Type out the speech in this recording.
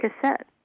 cassette